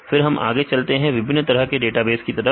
फिर हम आगे चलते हैं विभिन्न तरह के डेटाबेस की तरफ